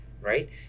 right